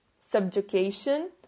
subjugation